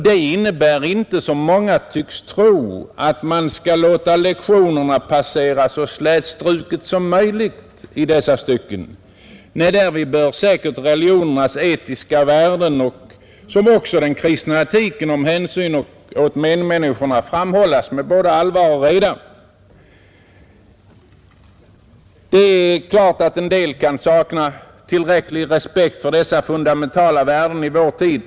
Det innebär inte, som många tycks tro, att man skall låta lektionerna passera så slätstruket som möjligt i dessa stycken. Nej, religionernas etiska värden och även den kristna etiken beträffande hänsyn till medmänniskorna bör framhållas med både allvar och reda. Det är klart att en del människor kan sakna respekt för dessa fundamentala värden i vår tid.